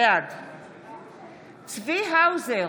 בעד צבי האוזר,